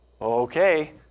Okay